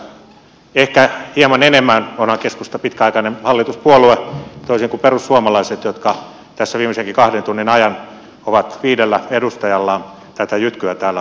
keskustalta olisin odottanut ehkä hieman enemmän onhan keskusta pitkäaikainen hallituspuolue toisin kuin perussuomalaiset jotka tässä viimeisenkin kahden tunnin ajan ovat viidellä edustajallaan tätä jytkyä täällä toimittaneet